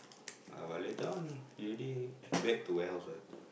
ah but later on you already back to warehouse what